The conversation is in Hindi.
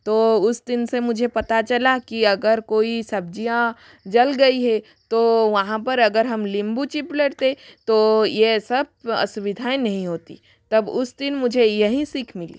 तो उस दिन से मुझे पता चला कि अगर कोई सब्ज़ी जल गई है तो वहाँ पर अगर हम नींबू चिप लडते तो ये सब असुविधाएँ नहीं होती तब उस दिन मुझे यही सीख मिली